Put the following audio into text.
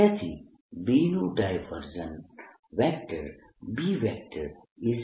તેથી B નું divergence